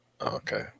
Okay